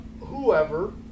whoever